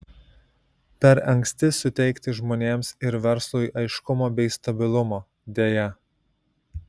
per anksti suteikti žmonėms ir verslui aiškumo bei stabilumo deja